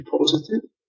positive